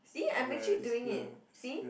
see I'm actually doing it see